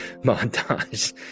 montage